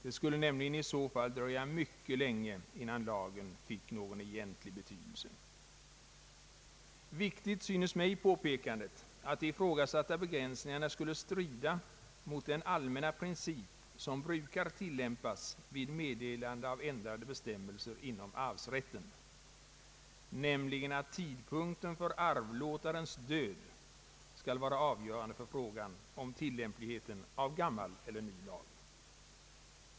Det skulle nämligen i så fall dröja mycket länge, innan lagen fick någon egentlig betydelse. Viktigt synes mig påpekandet att de ifrågasatta begränsningarna skulle strida mot den allmänna princip som brukar tillämpas vid meddelande av ändrade bestämmelser inom «arvsrätten, nämligen att tidpunkten för arvlåtarens död skall vara avgörande för frågan om tillämpligheten av gammal eller ny lag.